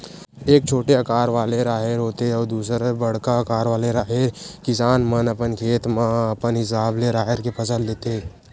एक छोटे अकार वाले राहेर होथे अउ दूसर बड़का अकार वाले राहेर, किसान मन अपन खेत म अपन हिसाब ले राहेर के फसल लेथे